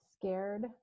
scared